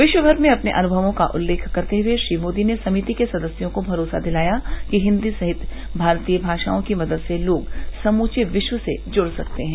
विश्व भर में अपने अनुभवों का उल्लेख करते हुए श्री मोदी ने समिति के सदस्यों को भरोसा दिलाया कि हिन्दी सहित भारतीय भाषाओं की मदद से लोग समूचे विश्व से जुड़ सकते हैं